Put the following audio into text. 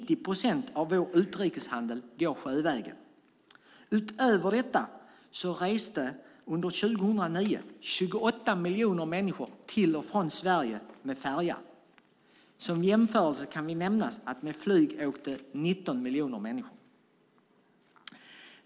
Av vår utrikeshandel går 90 procent sjövägen. Utöver detta reste 28 miljoner människor till och från Sverige med färja 2009. Som jämförelse kan nämnas att med flyg åkte 19 miljoner människor.